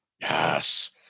Yes